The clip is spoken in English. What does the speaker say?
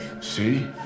See